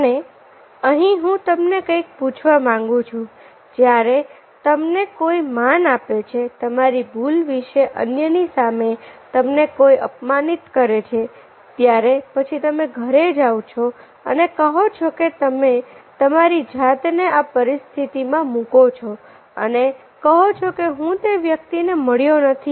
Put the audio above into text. અને અહીં હું તમને કંઈક પૂછવા માગું છું જ્યારે તમને કોઈ માન આપે છે તમારી ભૂલ વિશે અન્ય ની સામે તમને કોઈ અપમાનિત કરે છે ત્યાર પછી તમે ઘરે જાવ છો અને કહો જો કે તમે તમારી જાતને આ પરિસ્થિતિમાં મૂકો છો અને કહો છો કે હું તે વ્યક્તિને મળ્યો નથી